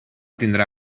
tindrà